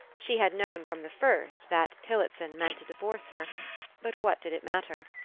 she had known from the first that tillotson meant to divorce her but what did it matter?